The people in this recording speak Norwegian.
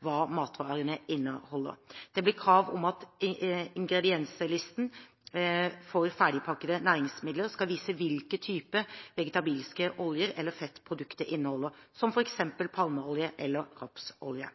hva matvarene inneholder. Det blir krav om at ingredienslisten for ferdigpakkede næringsmidler skal vise hvilken type vegetabilsk olje eller fett produktet inneholder, som for eksempel palmeolje eller rapsolje.